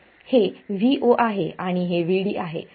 हे Vo आहे आणि हे Vd आहे